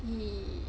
he